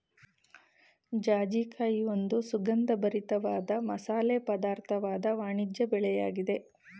ಜಾಜಿಕಾಯಿ ಒಂದು ಸುಗಂಧಭರಿತ ವಾದ ಮಸಾಲೆ ಪದಾರ್ಥವಾದ ವಾಣಿಜ್ಯ ಬೆಳೆಯಾಗಿದೆ